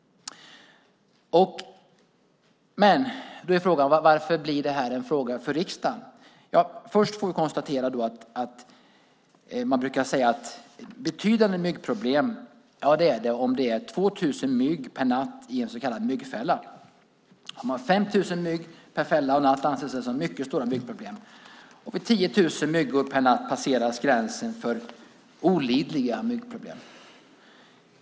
Då är frågan: Varför blir det här en fråga för riksdagen? Man brukar säga att betydande myggproblem är det om det är 2 000 mygg per natt i en så kallad myggfälla. Är det 5 000 mygg per fälla och natt anses som det som ett mycket stort myggproblem. Vid 10 000 myggor per natt passeras gränsen för olidliga myggproblem.